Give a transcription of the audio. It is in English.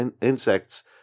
insects